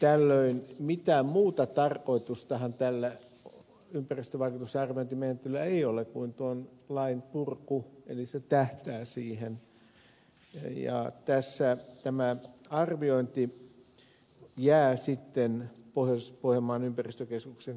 tällöin mitään muuta tarkoitustahan tällä ympäristövaikutusten arviointimenettelyllä ei ole kuin tuon lain purku eli se tähtää siihen ja tässä tämä arviointi jää sitten pohjois pohjanmaan ympäristökeskuksen tehtäväksi